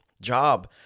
job